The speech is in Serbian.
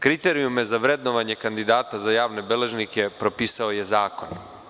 Kriterijume za vrednovanje kandidata za javne beležnike propisao je zakon.